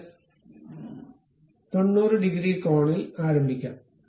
ഇത് 90 ഡിഗ്രി കോണിൽ ആരംഭിക്കാം